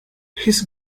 his